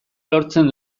lortzen